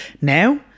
Now